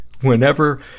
whenever